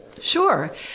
Sure